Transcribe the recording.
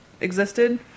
existed